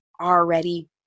already